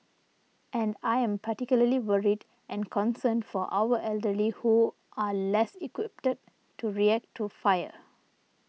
and I am particularly worried and concerned for our elderly who are less equipped to react to fire